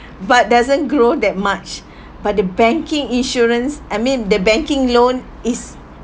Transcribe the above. but doesn't grow that much but the banking insurance I mean the banking loan is